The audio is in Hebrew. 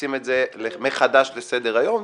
מכניסים את זה מחדש לסדר היום,